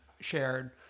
shared